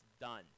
done